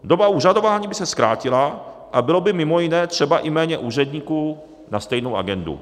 Doba úřadování by se zkrátila a bylo by mimo jiné třeba i méně úředníků na stejnou agendu.